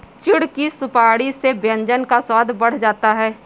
चिढ़ की सुपारी से व्यंजन का स्वाद बढ़ जाता है